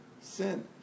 sin